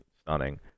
stunning